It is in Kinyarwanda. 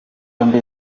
yombi